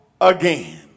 again